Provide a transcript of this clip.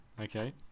Okay